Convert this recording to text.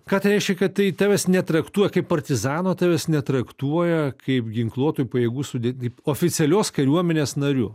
ką tai reiškia kad tai tavęs netraktuoja kaip partizano tavęs netraktuoja kaip ginkluotųjų pajėgų sudėt oficialios kariuomenės nariu